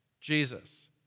Jesus